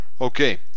Okay